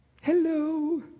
Hello